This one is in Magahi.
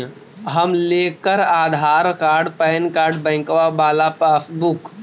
हम लेकर आधार कार्ड पैन कार्ड बैंकवा वाला पासबुक?